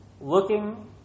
looking